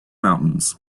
mountains